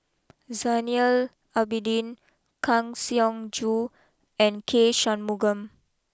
Zainal Abidin Kang Siong Joo and K Shanmugam